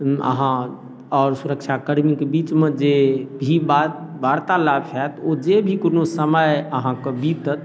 अहाँ आओर सुरक्षाकर्मीके बीचमे जे भी बात वार्तालाप हैत ओ जे भी कोनो समय अहाँके बीतत